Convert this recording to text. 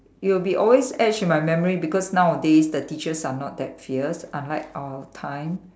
it will be always etched in my memory because nowadays the teachers are not that fierce unlike our time